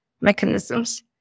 mechanisms